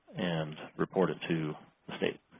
and report it to state.